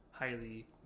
Highly